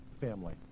family